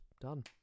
done